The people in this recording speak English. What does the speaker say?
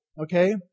okay